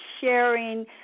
sharing